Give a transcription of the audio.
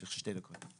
יש לך שתי דקות.